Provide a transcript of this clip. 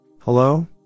Hello